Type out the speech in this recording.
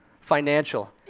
financial